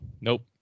Nope